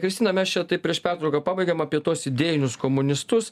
kristina mes čia taip prieš pertrauką pabaigėm apie tuos idėjinius komunistus